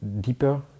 deeper